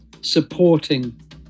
supporting